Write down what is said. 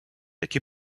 який